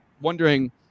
wondering